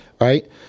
right